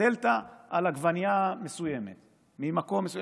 הדלתא על עגבנייה מסוימת ממקום מסוים.